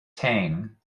tang